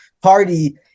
party